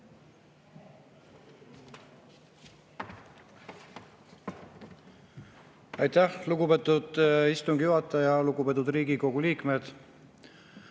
Aitäh, lugupeetud istungi juhataja! Lugupeetud Riigikogu liikmed!